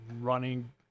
running